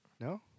No